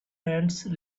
ants